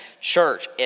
church